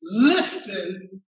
listen